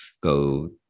go